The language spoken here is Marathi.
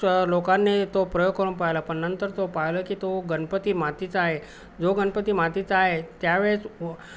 च लोकांनी तो प्रयोग करून पाहिला पण नंतर तो पाहिला की तो गणपती मातीचा आहे जो गणपती मातीचा आहे त्यावेळेस